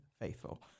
faithful